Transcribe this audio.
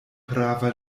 prava